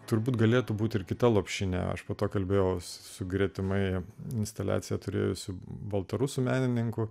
turbūt galėtų būti ir kita lopšinė aš po to kalbėjausi su gretimai instaliaciją turėjusių baltarusių menininkų